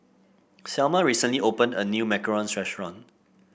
Selma recently opened a new macarons restaurant